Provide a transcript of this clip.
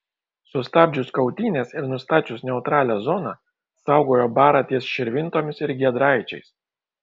sustabdžius kautynes ir nustačius neutralią zoną saugojo barą ties širvintomis ir giedraičiais